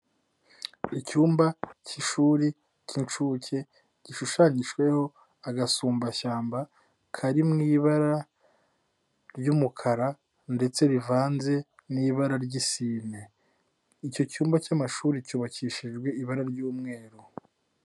Icyumba cy'ishuri cy'inshuke gishushanyijweho agasumbashyamba kari mu ibara ry'umukara ndetse rivanze n'ibara ry'isine, icyo cyumba cy'amashuri cyubakishijwe ibara ry'umweru.